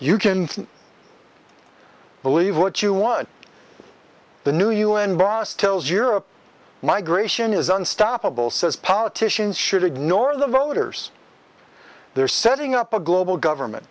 you can believe what you want the new un boss tells europe migration is unstoppable says politicians should ignore the voters they're setting up a global government